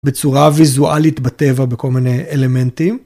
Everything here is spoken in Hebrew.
בצורה ויזואלית בטבע בכל מיני אלמנטים.